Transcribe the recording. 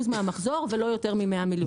מהמחזור ולא יותר מ-100 מיליון.